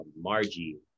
Margie